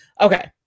Okay